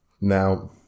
Now